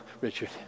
Richard